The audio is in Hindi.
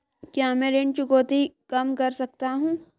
क्या मैं ऋण चुकौती कम कर सकता हूँ?